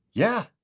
yeah,